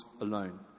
alone